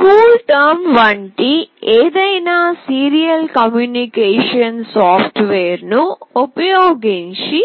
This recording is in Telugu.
కూల్టెర్మ్ వంటి ఏదైనా సీరియల్ కమ్యూనికేషన్ సాఫ్ట్వేర్ ను ఉపయోగించి